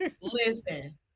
Listen